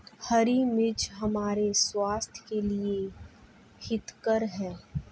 हरी मिर्च हमारे स्वास्थ्य के लिए हितकर हैं